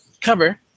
cover